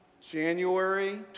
January